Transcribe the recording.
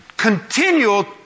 continual